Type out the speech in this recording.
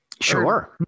Sure